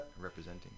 representing